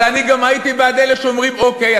אבל אני גם הייתי בעד אלה שאומרים: אוקיי,